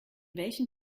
welchen